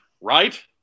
Right